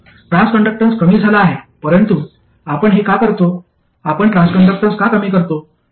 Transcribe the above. तर ट्रान्सकंडक्टन्स कमी झाला आहे परंतु आपण हे का करतो आपण ट्रान्सकंडक्टन्स का कमी करतो